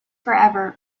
forever